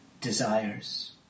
desires